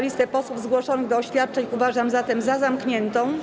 Listę posłów zgłoszonych do oświadczeń uważam zatem za zamkniętą.